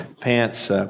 pants